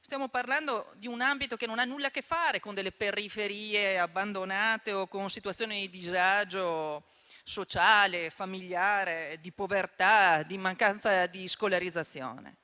Stiamo parlando di un ambito che non ha nulla a che fare con periferie abbandonate o con situazioni di disagio sociale e familiare, di povertà o di mancanza di scolarizzazione.